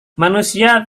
manusia